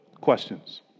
questions